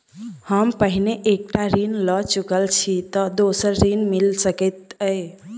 हम पहिने एक टा ऋण लअ चुकल छी तऽ दोसर ऋण मिल सकैत अई?